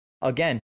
again